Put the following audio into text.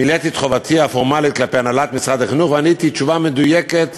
מילאתי את חובתי הפורמלית כלפי הנהלת משרד החינוך ועניתי תשובה מדויקת